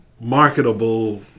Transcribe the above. marketable